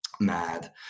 mad